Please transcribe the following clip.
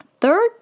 Third